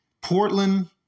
Portland